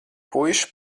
puiši